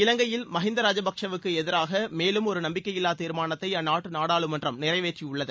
இலங்கையில் மஹிந்தா ராஜபக்சேவுக்கு எதிராக மேலும் ஒரு நம்பிக்கை இல்லா தீர்மானத்தை அந்நாட்டு நாடாளுமன்றம் நிறைவேற்றியுள்ளது